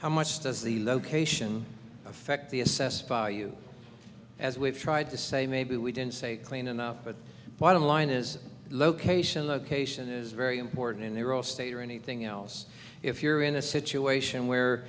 how much does the location affect the assessed value as we've tried to say maybe we didn't say clean enough but bottom line is location location is very important and they're all state or anything else if you're in a situation where